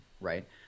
right